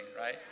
right